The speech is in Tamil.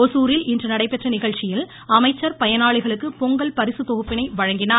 ஒசூரில் இன்று நடைபெற்ற நிகழ்ச்சியில் அமைச்சர் பயனாளிகளுக்கு பொங்கல் பரிசுத் தொகுப்பினை வழங்கினார்